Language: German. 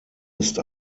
ist